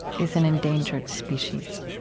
is an endangered species.